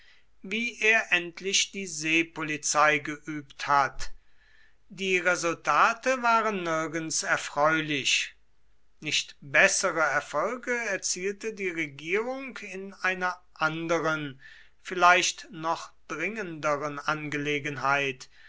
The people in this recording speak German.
wie er endlich die seepolizei geübt hat die resultate waren nirgends erfreulich nicht bessere erfolge erzielte die regierung in einer anderen vielleicht noch dringenderen angelegenheit